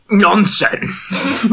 nonsense